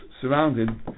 surrounded